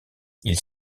ils